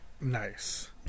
Nice